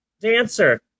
dancer